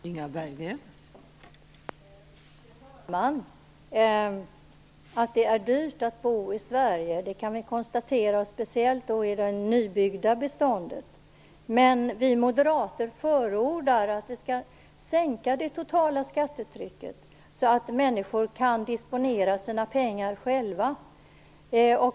Fru talman! Att det är dyrt att bo i Sverige kan vi konstatera, och det gäller speciellt det nybyggda beståndet. Men vi moderater förordar en sänkning av det totala skattetrycket så att människor kan disponera sina pengar själva.